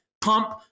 pump